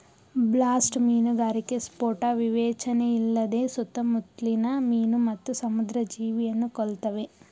blast ಮೀನುಗಾರಿಕೆ ಸ್ಫೋಟ ವಿವೇಚನೆಯಿಲ್ಲದೆ ಸುತ್ತಮುತ್ಲಿನ ಮೀನು ಮತ್ತು ಸಮುದ್ರ ಜೀವಿಯನ್ನು ಕೊಲ್ತವೆ